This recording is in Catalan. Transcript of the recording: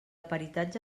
peritatge